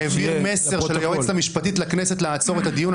והעביר מסר של היועצת המשפטית לכנסת לעצור את הדיון.